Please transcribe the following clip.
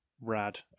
rad